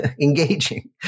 engaging